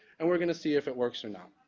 and we're going to see if it works or not.